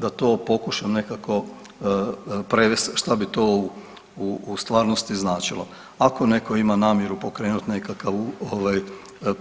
Da to pokušam nekako prevest šta bi to u stvarnosti značilo, ako neko ima namjeru pokrenut nekakav ovaj